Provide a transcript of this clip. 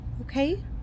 Okay